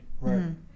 right